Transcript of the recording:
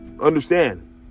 understand